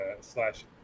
slash